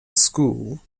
school